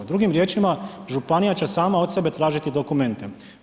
Drugim riječima, županija će sama od sebe tražiti dokumente.